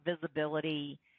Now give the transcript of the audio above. visibility